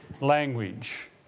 language